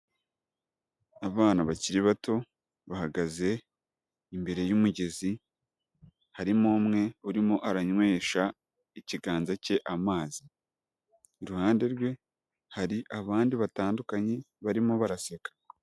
Abana bakiri bato bahagaze imbere y'umugezi, harimo umwe urimo aranywesha ikiganza cye amazi. Iruhande rwe hari abandi batandukanye, barimo baraseka.